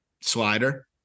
slider